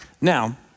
Now